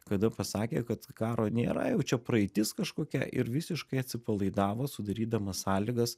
kada pasakė kad karo nėra jau čia praeitis kažkokia ir visiškai atsipalaidavo sudarydama sąlygas